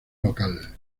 local